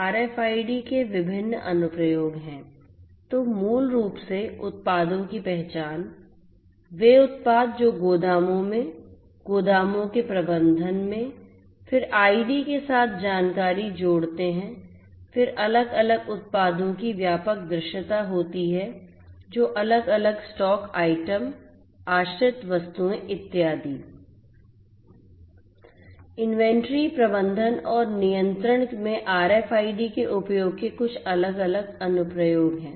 अन्य विभिन्न अनुप्रयोग हैं जैसे मौसम की स्थिति की निगरानी क्षति का आकलन भंडारण तापमान की निगरानी और नियंत्रण ये इन्वेंट्री प्रबंधन और नियंत्रण एप्लिकेशन में IIoT अनुप्रयोगों के उपयोग के विभिन्न अन्य अनुप्रयोग भी हैं